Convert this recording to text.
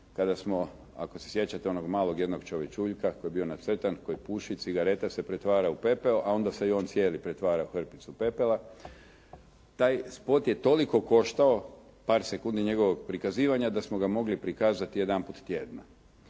kada smo ako se sjećate onog malog jednog čovječuljka koji je bio nacrtan, koji puši cigarete se pretvara u pepeo, a onda se i on cijeli pretvara u hrpicu pepela. Taj spot je toliko koštao, par sekundi njegovog prikazivanja da smo ga mogli prikazati jedanput tjedno.